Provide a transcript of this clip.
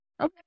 Okay